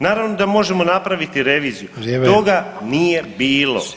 Naravno da možemo napraviti reviziju [[Upadica Sanader: Vrijeme.]] Toga nije bilo.